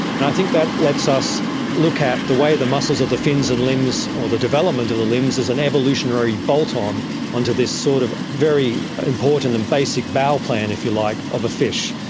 and i think that lets us look at the way the muscles of the fins and limbs or the development of the limbs is an evolutionary bolt-on onto this sort of very important and basic bauplan, if you like, of a fish.